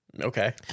Okay